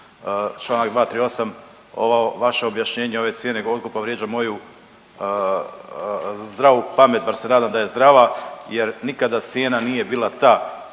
članak 238. ova vaša objašnjenja, ove vaše cijene otkupa vrijeđa moju zdravu pamet, bar se nadam da je zdrava jer nikada cijena nije bila ta